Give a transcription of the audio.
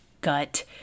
gut